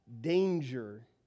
Danger